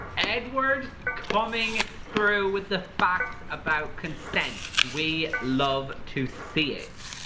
edward coming through with the facts about consent we love to see it,